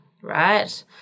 right